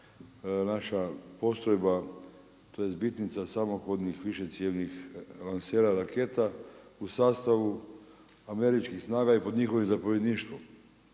naša postrojba, tj. bitnica samohodnih višecjevnih lansera raketa u sastavu američkih snaga i pod njihovim zapovjedništvom.